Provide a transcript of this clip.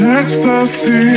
ecstasy